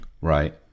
Right